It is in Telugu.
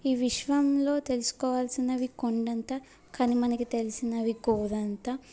ఈ విశ్వంలో తెలుసుకోవలసినవి కొండంత కానీ మనకి తెలిసినవి గోరంత